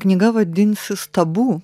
knyga vadinsis tabu